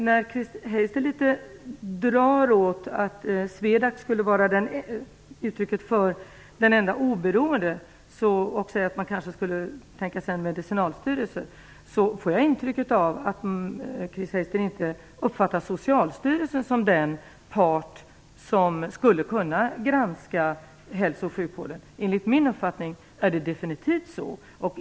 När Chris Heister drar åt att SWEDAC skulle vara den enda oberoende instansen och säger att man kanske skulle tänka sig att inrätta en medicinalstyrelse får jag intryck av att Chris Heister inte uppfattar Socialstyrelsen som en part som skulle kunna granska hälsooch sjukvården. Det är den definitivt enligt min uppfattning.